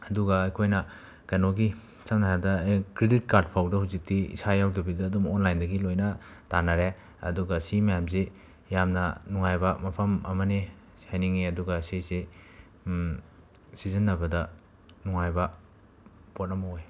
ꯑꯗꯨꯒ ꯑꯩꯈꯣꯏꯅ ꯀꯩꯅꯣꯒꯤ ꯁꯝꯅ ꯍꯥꯏꯔꯕꯗ ꯑꯦ ꯀ꯭ꯔꯦꯗꯤꯠ ꯀꯥꯠ ꯐꯥꯎꯗ ꯍꯧꯖꯤꯛꯇꯤ ꯏꯁꯥ ꯌꯥꯎꯗꯕꯤꯗ ꯑꯗꯨꯝ ꯑꯣꯟꯂꯥꯏꯟꯗꯒꯤ ꯂꯣꯏꯅ ꯇꯥꯟꯅꯔꯦ ꯑꯗꯨꯒ ꯁꯤ ꯃꯌꯥꯝꯁꯤ ꯌꯥꯝꯅ ꯅꯨꯡꯉꯥꯏꯕ ꯃꯐꯝ ꯑꯝꯅꯤ ꯍꯥꯏꯅꯤꯡꯏ ꯑꯗꯨꯒ ꯁꯤꯁꯤ ꯁꯤꯖꯤꯟꯅꯕꯗ ꯅꯨꯡꯉꯥꯏꯕ ꯄꯣꯠ ꯑꯝ ꯑꯣꯏ